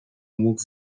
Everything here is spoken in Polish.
mógł